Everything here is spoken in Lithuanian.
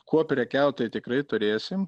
kuo prekiaut tai tikrai turėsim